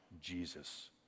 Jesus